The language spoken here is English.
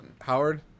Howard